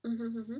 mmhmm